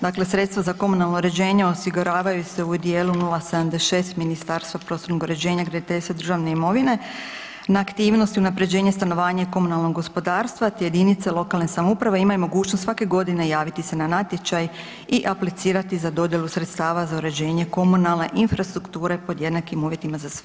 Dakle, sredstva za komunalno uređenje osiguravaju se u dijelu 076 Ministarstva prostornog uređenja, graditeljstva i državne imovine na aktivnosti unapređenje, stanovanje i komunalnog gospodarstva, te JLS imaju mogućnost svake godine javiti se na natječaj i aplicirati za dodjelu sredstava za uređenje komunalne infrastrukture pod jednakim uvjetima za sve.